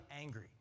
angry